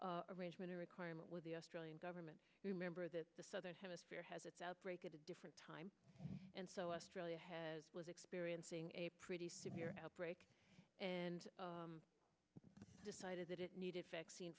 of arrangement requirement with the australian government remember that the southern hemisphere has its outbreak at a different time and so australia has experience seeing a pretty severe outbreak and decided that it needed vaccine